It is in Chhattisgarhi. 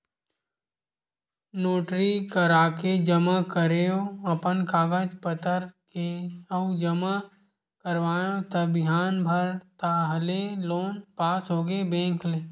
नोटरी कराके जमा करेंव अपन कागज पतर के अउ जमा कराएव त बिहान भर ताहले लोन पास होगे बेंक ले